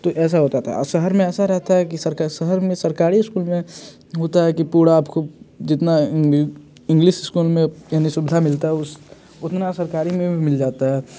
तो ऐसे होता था शहर में ऐसा रहता है कि शहर में सरकारी इस्कूल में होता है कि पूरा आपको जितना इंग्लिश इस्कूल में यानी सुविधा मिलता है उस उतना सरकारी में भी मिल जाता है